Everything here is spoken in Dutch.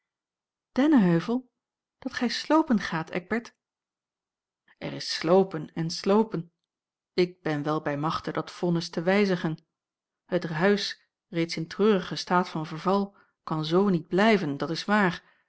dennenheuvel dat gij sloopen gaat eckbert er is sloopen èn sloopen ik ben wel bij machte dat vonnis te wijzigen het huis reeds in treurigen staat van verval kan z niet blijven dat is waar